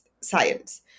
science